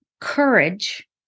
courage